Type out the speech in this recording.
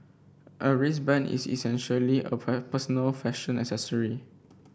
a wristband is essentially a personal fashion accessory